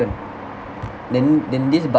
then then this butter